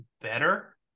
better